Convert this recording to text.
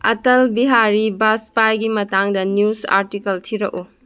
ꯑꯥꯇꯜ ꯕꯤꯍꯥꯔꯤ ꯕꯥꯖꯄꯥꯏꯒꯤ ꯃꯇꯥꯡꯗ news article ꯊꯤꯔꯛꯎ